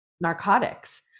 narcotics